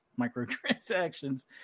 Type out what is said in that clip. microtransactions